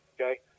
okay